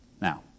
Now